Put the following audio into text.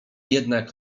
jednak